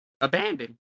Abandoned